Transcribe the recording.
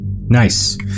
nice